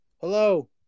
Hello